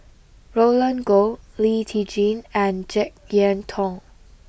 Roland Goh Lee Tjin and Jek Yeun Thong